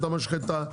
את המשחטה,